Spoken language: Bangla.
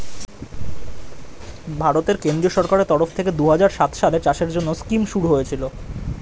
ভারতের কেন্দ্রীয় সরকারের তরফ থেকে দুহাজার সাত সালে চাষের জন্যে স্কিম শুরু হয়েছিল